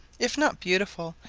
if not beautiful,